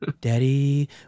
Daddy